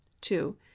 two